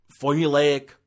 formulaic